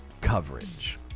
coverage